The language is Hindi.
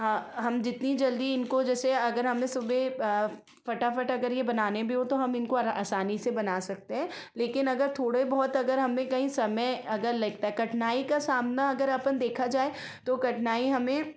हाँ हम जितनी जल्दी इसको जैसे अगर हमें सुबह फटाफट अगर ये बनाने भी हों तो हम इनको आसानी से बना सकते हैं लेकिन अगर थोड़े बहुत अगर हमें कहीं समय अगर लगता है कठिनाई का सामना अगर अपन देखा जाए तो कठिनाई हमें